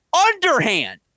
underhand